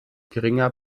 geringer